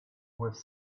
with